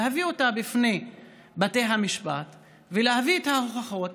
להביא אותן בפני בתי המשפט ולהביא את ההוכחות